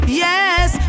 yes